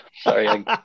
sorry